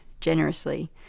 generously